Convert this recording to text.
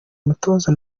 mutoza